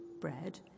bread